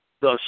Thus